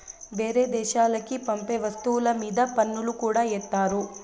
వేరే దేశాలకి పంపే వస్తువుల మీద పన్నులు కూడా ఏత్తారు